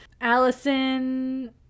Allison